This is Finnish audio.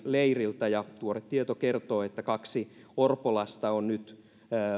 leiriltä tuore tieto kertoo että kaksi orpolasta on nyt